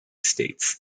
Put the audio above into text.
states